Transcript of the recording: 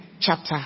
chapter